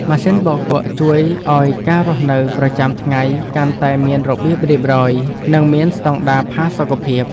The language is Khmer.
ម៉ាស៊ីនបោកគក់ជួយឱ្យការរស់នៅប្រចាំថ្ងៃកាន់តែមានរបៀបរៀបរយ និងមានស្តង់ដារផាសុកភាព។